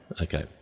Okay